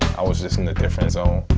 i was just in the different zone